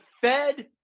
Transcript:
Fed